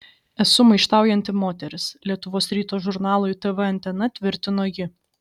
esu maištaujanti moteris lietuvos ryto žurnalui tv antena tvirtino ji